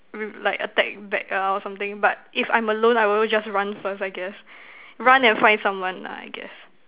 re~ like attack back ah or something but if I'm alone I will just run first I guess run and find someone lah I guess